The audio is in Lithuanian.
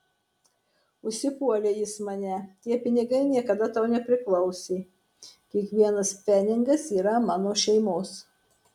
užsipuolė jis mane tie pinigai niekada tau nepriklausė kiekvienas pfenigas yra mano šeimos